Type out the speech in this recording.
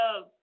love